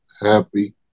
happy